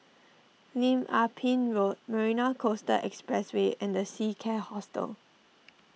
Lim Ah Pin Road Marina Coastal Expressway and the Seacare Hotel